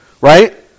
right